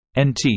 NT